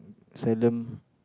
seldom